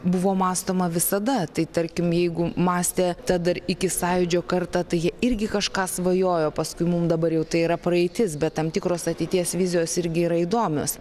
buvo mąstoma visada tai tarkim jeigu mąstė ta dar iki sąjūdžio karta tai jie irgi kažką svajojo paskui mum dabar jau tai yra praeitis bet tam tikros ateities vizijos irgi yra įdomios